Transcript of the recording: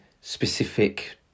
specific